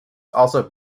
also